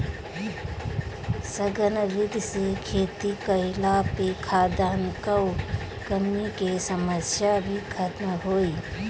सघन विधि से खेती कईला पे खाद्यान कअ कमी के समस्या भी खतम होई